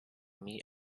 meet